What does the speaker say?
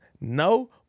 No